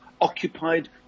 occupied